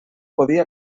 podia